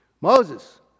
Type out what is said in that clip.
Moses